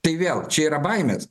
tai vėl čia yra baimės